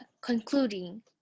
concluding